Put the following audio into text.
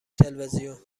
تلویزیون